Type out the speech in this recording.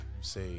say